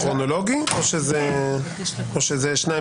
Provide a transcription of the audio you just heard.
האם זה כרונולוגי או שזה שניים